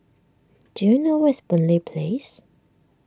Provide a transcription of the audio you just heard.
do you know where is Boon Lay Place